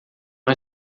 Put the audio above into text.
não